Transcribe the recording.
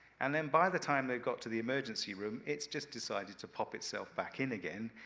and then by the time they've got to the emergency room, it's just decided to pop itself back in again,